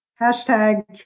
Hashtag